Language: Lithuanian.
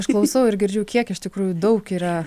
aš klausau ir girdžiu kiek iš tikrųjų daug yra